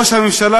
ראש הממשלה,